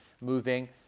Moving